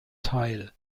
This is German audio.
teil